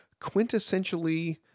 quintessentially